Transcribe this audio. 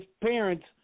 parents